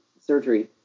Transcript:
surgery